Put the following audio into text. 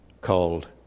called